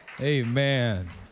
amen